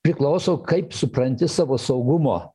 priklauso kaip supranti savo saugumo